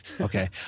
Okay